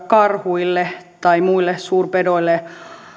karhuille tai muille suurpedoille